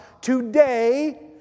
today